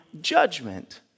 judgment